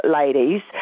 ladies